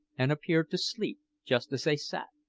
and appeared to sleep just as they sat.